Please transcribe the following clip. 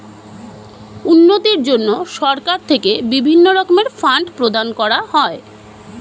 উন্নতির জন্য সরকার থেকে বিভিন্ন রকমের ফান্ড প্রদান করা হয়